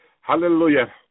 Hallelujah